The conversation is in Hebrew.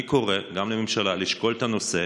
אני קורא גם לממשלה לשקול את הנושא,